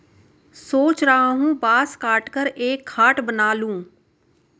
सोच रहा हूं बांस काटकर एक खाट बना लूं